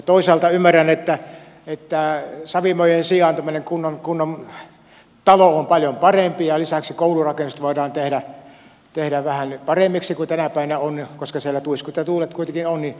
toisaalta ymmärrän että savimajojen sijaan tämmöinen kunnon talo on paljon parempi ja lisäksi koulurakennukset voidaan tehdä vähän paremmiksi kuin tänä päivänä on koska siellä tuiskut ja tuulet kuitenkin on